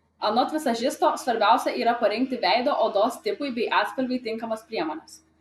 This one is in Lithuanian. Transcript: anot vizažisto svarbiausia yra parinkti veido odos tipui bei atspalviui tinkamas priemones